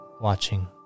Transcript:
watching